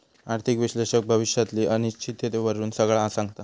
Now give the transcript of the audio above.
आर्थिक विश्लेषक भविष्यातली अनिश्चिततेवरून सगळा सांगता